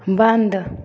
बन्द